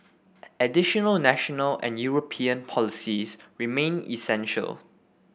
additional national and European policies remain essential